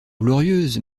glorieuse